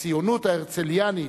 הציונות ההרצליאנית,